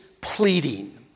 pleading